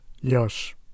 Yes